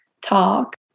talk